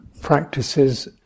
practices